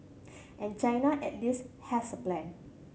and China at least has a plan